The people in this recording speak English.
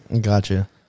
Gotcha